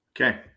Okay